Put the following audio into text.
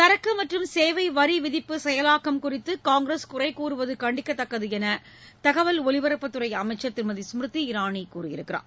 சரக்கு மற்றும் சேவை வரி விதிப்பு செயலாக்கம் குறித்து காங்கிரஸ் குறை கூறுவது கண்டிக்கத்தக்கது என்று தகவல் ஒலிபரப்புத் துறை அமைச்சர் திருமதி ஸ்மிருதி இரானி கூறியுள்ளார்